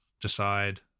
Decide